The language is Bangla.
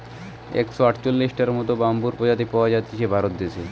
একশ আটচল্লিশটার মত বাম্বুর প্রজাতি পাওয়া জাতিছে ভারত দেশে